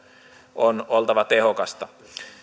on oltava tehokasta